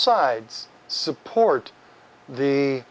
sides support the